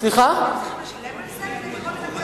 צריכים לשלם על זה כדי לראות,